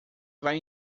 vai